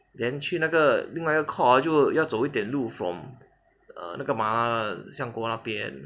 then 去那个另外一个 court 就要走一点路 from err 那个麻辣香锅那边